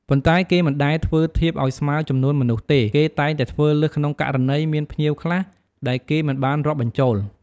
ប៉ុន្តែ គេមិនដែលធ្វើធៀបឱ្យស្មើចំនួនមនុស្សទេ គេតែងតែធ្វើលើសក្នុងករណី មានភ្ញៀវខ្លះដែលគេមិនបានរាប់បញ្ចូល។